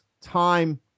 time